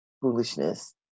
foolishness